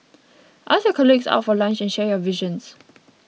ask your colleagues out for lunch and share your visions